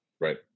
right